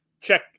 check